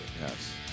Yes